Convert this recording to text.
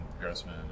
Grossman